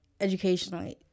educationally